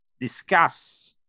discuss